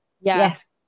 Yes